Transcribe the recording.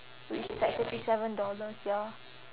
which is like thirty seven dollars ya